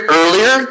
earlier